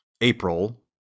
April